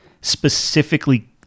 specifically